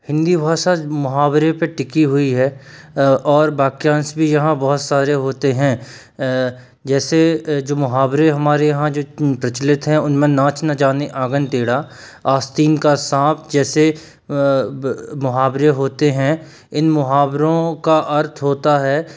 हिन्दी भाषा मुहावरे पर टिकी हुई है और वाक्यांश भी यहाँ बहुत सारे होते हैं जैसे जो मुहावरे हमारे यहाँ जो प्रचलित हैं उनमें नाच न जाने आँगन टेढ़ा आस्तीन का साँप जैसे मुहावरे होते हैं इन मुहावरों का अर्थ होता है